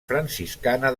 franciscana